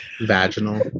vaginal